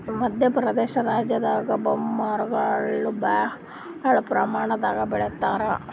ಮದ್ಯ ಪ್ರದೇಶ್ ರಾಜ್ಯದಾಗ್ ಬಂಬೂ ಮರಗೊಳ್ ಭಾಳ್ ಪ್ರಮಾಣದಾಗ್ ಬೆಳಿತಾರ್